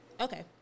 Okay